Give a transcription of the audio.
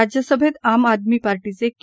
राज्यसभेत आम आदमी पार्टीचे के